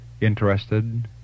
interested